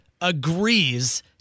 agrees